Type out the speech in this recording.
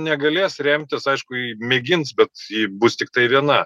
negalės remtis aišku ji mėgins bet bus tiktai viena